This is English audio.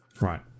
Right